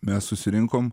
mes susirinkom